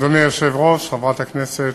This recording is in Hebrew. אדוני היושב-ראש, חברת הכנסת,